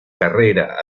carrera